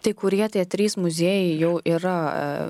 tai kur jie tie trys muziejai jau yra